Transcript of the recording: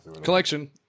Collection